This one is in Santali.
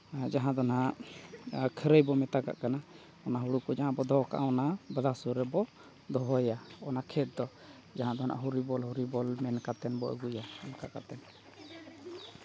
ᱡᱟᱦᱟᱸ ᱫᱚ ᱱᱟᱦᱟᱜ ᱠᱷᱟᱹᱨᱟᱹᱭ ᱵᱚ ᱢᱮᱛᱟᱜᱟᱜ ᱠᱟᱱᱟ ᱚᱱᱟ ᱦᱩᱲᱩ ᱠᱚ ᱡᱟᱦᱟᱸ ᱵᱚ ᱫᱚᱦᱚ ᱠᱟᱜᱼᱟ ᱚᱱᱟ ᱵᱟᱫᱷᱟ ᱥᱩᱨ ᱨᱮ ᱵᱚ ᱫᱚᱦᱚᱭᱟ ᱚᱱᱟ ᱠᱷᱮᱛ ᱫᱚ ᱡᱟᱦᱟᱸ ᱫᱚ ᱱᱟᱦᱟᱜ ᱦᱚᱨᱤ ᱵᱚᱞ ᱦᱚᱨᱤ ᱵᱚᱞ ᱢᱮᱱ ᱠᱟᱛᱮᱫ ᱵᱚᱱ ᱟᱹᱜᱩᱭᱟ ᱚᱱᱠᱟ ᱠᱟᱛᱮᱫ